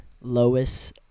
Lois